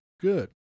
Good